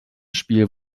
spiel